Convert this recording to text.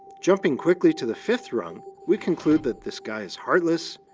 jumping quickly to the fifth rung, we conclude that this guy is heartless,